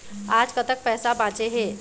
आज कतक पैसा बांचे हे?